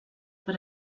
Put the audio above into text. per